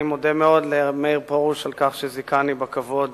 אני מודה מאוד לרב מאיר פרוש על כך שזיכני בכבוד